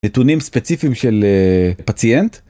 נתונים ספציפיים של פציינט.